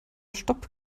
stopp